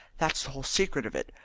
that's the whole secret of it.